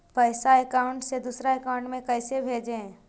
पैसा अकाउंट से दूसरा अकाउंट में कैसे भेजे?